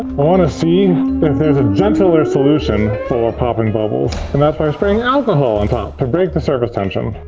wanna see if there's a gentler solution for popping bubbles. and that's by spraying alcohol on top to break the surface tension.